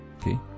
okay